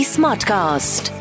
Smartcast